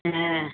ஆ